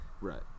right